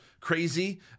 crazy